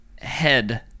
head